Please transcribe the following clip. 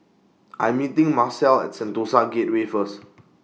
I'm meeting Marcelle At Sentosa Gateway First